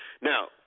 Now